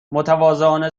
متواضعانه